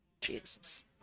Jesus